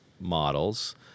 models